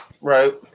Right